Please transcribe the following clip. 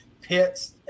Pits